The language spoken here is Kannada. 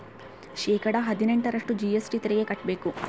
ಶೇಕಡಾ ಹದಿನೆಂಟರಷ್ಟು ಜಿ.ಎಸ್.ಟಿ ತೆರಿಗೆ ಕಟ್ಟ್ಬೇಕು